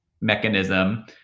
mechanism